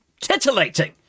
titillating